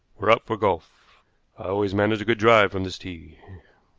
we're out for golf. i always manage a good drive from this tee.